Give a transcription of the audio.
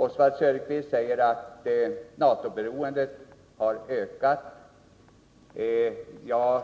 Oswald Söderqvist sade vidare att NATO-beroendet har ökat. Jag